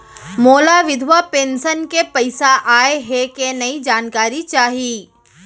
मोला विधवा पेंशन के पइसा आय हे कि नई जानकारी चाही?